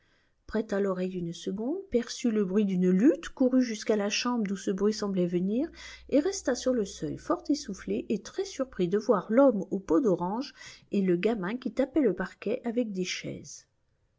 prêta l'oreille une seconde perçut le bruit d'une lutte courut jusqu'à la chambre d'où ce bruit semblait venir et resta sur le seuil fort essoufflé et très surpris de voir l'homme aux peaux d'orange et le gamin qui tapaient le parquet avec des chaises